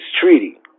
treaty